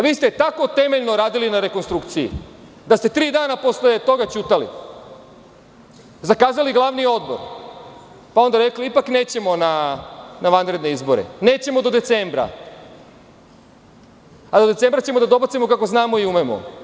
Vi ste tako temeljno radili na rekonstrukciji da ste tri dana posle toga ćutali, zakazali glavni odbor, pa onda rekli – mi ipak nećemo na vanredne izbore, nećemo do decembra, ado decembra ćemo da dobacimo kako znamo i umemo.